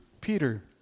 Peter